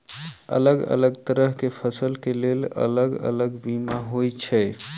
अलग अलग तरह केँ फसल केँ लेल अलग अलग बीमा होइ छै?